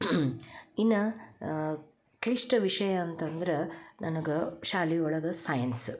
ಇನ್ನ ಕ್ಲಿಷ್ಟ ವಿಷಯ ಅಂತಂದ್ರ ನನಗೆ ಶಾಲೆ ಒಳಗೆ ಸೈನ್ಸ್